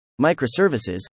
microservices